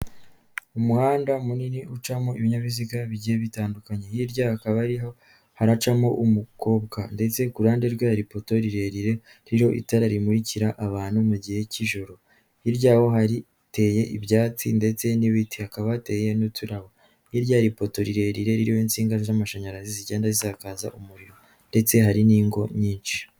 Umuhanda munini ucamo ibinyabiziga bigiye bitandukanye. Hirya hakaba ariho haracamo umukobwa, ndetse ku ruhande rwe hari poto rirerire ririho itara rimurikira abantu mu gihe cy'ijoro. Hirya yaho hateye ibyatsi ndetse n'ibiti, hakaba hateye n'uturabo; hirya hari ipoto rirerire riririho insinga z'amashanyarazi zigenda zisakaza umuriro, ndetse hari n'ingo nyinshi.